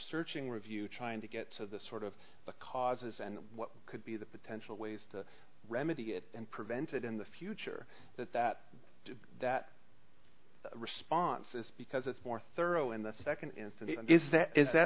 searching review trying to get to the sort of the causes and what could be the potential ways to remedy it and prevent it in the future that that that response is because it's more thorough and the second is that is that i ha